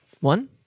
One